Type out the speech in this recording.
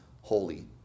holy